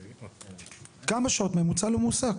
כמה שעות ממוצע למועסק?